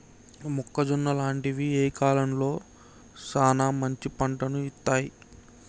మొక్కజొన్న లాంటివి ఏ కాలంలో సానా మంచి పంటను ఇత్తయ్?